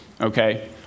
okay